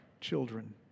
children